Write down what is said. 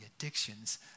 addictions